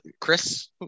Chris